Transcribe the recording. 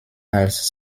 als